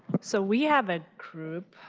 so we have a group.